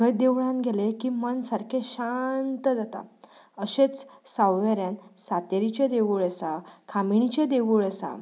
थंय देवळांत गेलें की मन सारकें शांत जाता अशेंच सावयवेऱ्यांत सांतेरीचें देवूळ आसा कामिणीचें देवूळ आसा